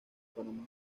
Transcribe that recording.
panamá